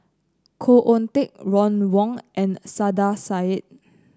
Khoo Oon Teik Ron Wong and Saiedah Said